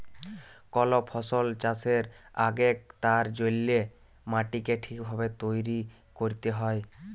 call ফসল চাষের আগেক তার জল্যে মাটিকে ঠিক ভাবে তৈরী ক্যরতে হ্যয়